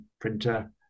printer